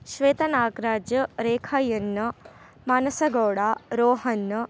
ಶ್ವೇತ ನಾಗರಾಜು ರೇಖ ಎನ್ನು ಮಾನಸ ಗೌಡ ರೋಹನ್ನು